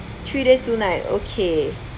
three days two night okay